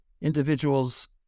individuals